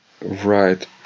Right